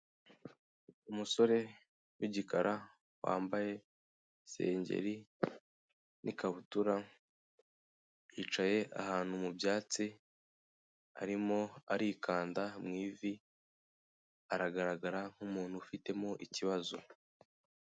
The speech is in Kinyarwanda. Umusore w'igikara wambaye isengeri n'ikabutura, yicaye ahantu mu byatsi arimo arikanda mu ivi aragaragara nk'umuntu ufitemo ikibazo.